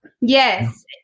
Yes